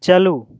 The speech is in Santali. ᱪᱟᱞᱩ